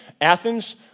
Athens